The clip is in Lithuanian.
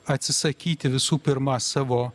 atsisakyti visų pirma savo